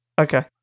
Okay